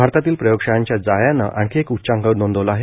भारतातील प्रयोगशाळांच्या जाळ्यानं आणखी एक उच्चांक नोंदवला आहे